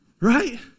Right